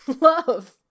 love